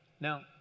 Now